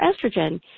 estrogen